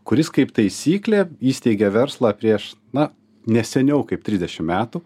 kuris kaip taisyklė įsteigė verslą prieš na ne seniau kaip trisdešim metų